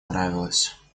нравилось